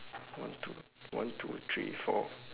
one two one two three four